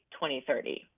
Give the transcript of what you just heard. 2030